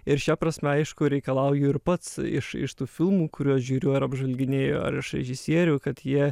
ir šia prasme aišku reikalauju ir pats iš iš tų filmų kuriuos žiūriu ar apžvelginėju ar iš režisierių kad jie